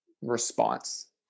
response